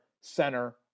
center